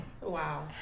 Wow